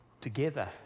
together